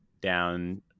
down